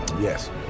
Yes